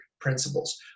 principles